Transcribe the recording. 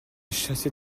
chassé